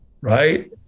Right